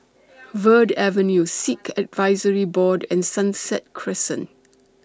Verde Avenue Sikh Advisory Board and Sunset Crescent